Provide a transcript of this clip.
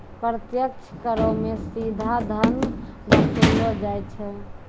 प्रत्यक्ष करो मे सीधा धन वसूललो जाय छै